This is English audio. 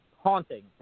haunting